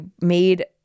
made